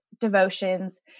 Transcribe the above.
Devotions